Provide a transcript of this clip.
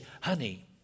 honey